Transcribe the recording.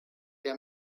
der